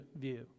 view